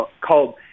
called